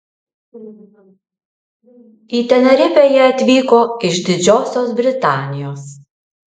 į tenerifę jie atvyko iš didžiosios britanijos